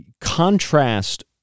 contrast